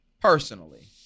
Personally